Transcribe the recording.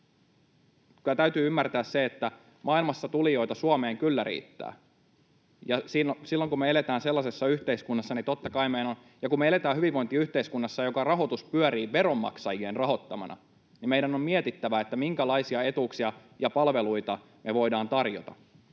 täytyy ymmärtää se, että maailmassa tulijoita Suomeen kyllä riittää, ja silloin kun me eletään hyvinvointiyhteiskunnassa, jonka rahoitus pyörii veronmaksajien rahoittamana, niin meidän on mietittävä, minkälaisia etuuksia ja palveluita me voidaan tarjota.